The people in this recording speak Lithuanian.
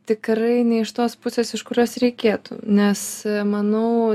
tikrai ne iš tos pusės iš kurios reikėtų nes manau